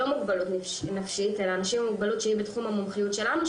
לא מוגבלות נפשית אלא אנשים עם מוגבלות שהיא בתחום המומחיות שלנו,